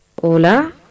Hola